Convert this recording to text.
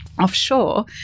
offshore